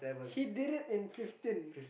he did it in fifteen